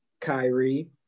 Kyrie